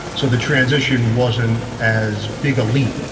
so the transition wasn't as big a leap.